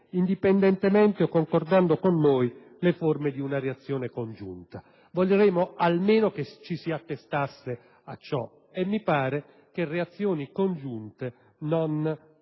indipendentemente o concordando con noi le forme di una reazione congiunta». Vorremmo, almeno, che ci si attestasse a ciò ma mi sembra che reazioni congiunte non